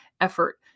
effort